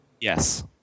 Yes